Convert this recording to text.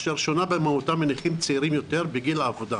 אשר שונה במהותה מנכים צעירים יותר בגיל העבודה.